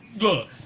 Look